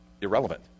irrelevant